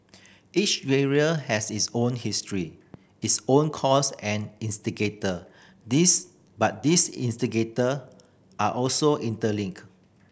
each area has its own history its own cause and instigator these but these instigator are also interlinked